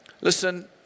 Listen